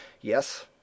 Yes